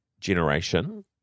Generation